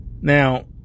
Now